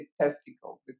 testicle